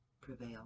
prevail